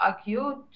acute